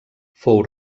fou